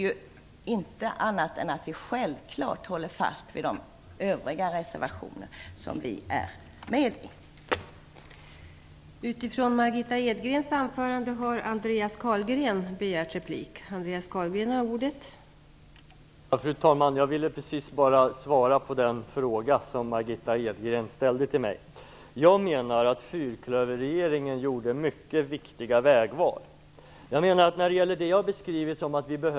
Vi står självklart också bakom de övriga reservationer som vi är med på.